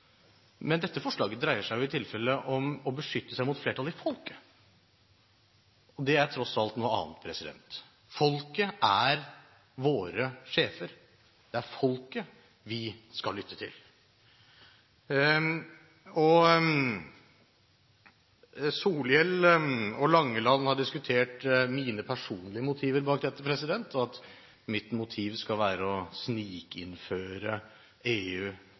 men dette forslaget dreier seg jo i tilfelle om å beskytte seg mot flertallet i folket, og det er tross alt noe annet. Folket er våre sjefer, det er folket vi skal lytte til. Representantene Solhjell og Langeland har diskutert mine personlige motiver bak dette, at mitt motiv skal være å snikinnføre Norge i EU.